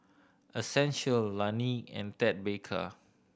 Essential Laneige and Ted Baker